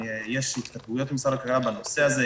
יש התכתבויות עם משרד הכלכלה בנושא הזה.